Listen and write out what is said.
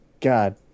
God